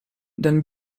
then